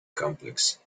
complex